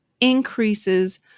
increases